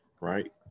right